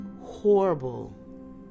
horrible